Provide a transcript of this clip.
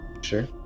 Sure